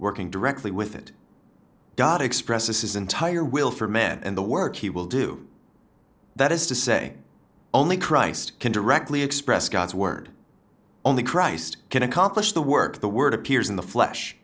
working directly with it god expresses his entire will for men and the work he will do that is to say only christ can directly express god's word only christ can accomplish the work the word appears in the flesh